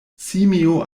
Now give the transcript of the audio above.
simio